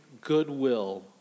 goodwill